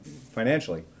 financially